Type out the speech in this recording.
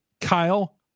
Kyle